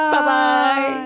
Bye-bye